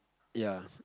ya